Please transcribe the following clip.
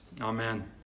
Amen